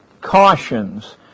cautions